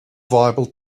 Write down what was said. viable